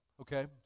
okay